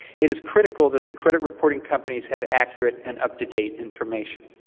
it is critical that the credit reporting companies have accurate and up-to-date information.